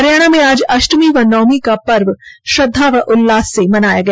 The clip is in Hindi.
हरियाणा में आज अष्टमी व नवमी का पर्व श्रद्धा और उल्लास से मनाया गया